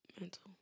mental